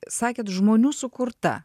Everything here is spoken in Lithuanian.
sakėt žmonių sukurta